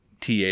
TA